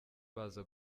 baza